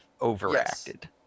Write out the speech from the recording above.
overacted